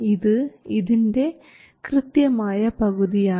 ഇത് ഇതിൻറെ കൃത്യമായ പകുതിയാണ്